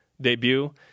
Debut